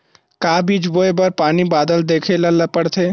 का बीज बोय बर पानी बादल देखेला पड़थे?